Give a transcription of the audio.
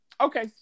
Okay